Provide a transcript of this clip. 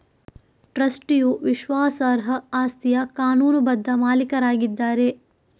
ಟ್ರಸ್ಟಿಯು ವಿಶ್ವಾಸಾರ್ಹ ಆಸ್ತಿಯ ಕಾನೂನುಬದ್ಧ ಮಾಲೀಕರಾಗಿದ್ದಾರೆ